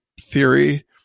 theory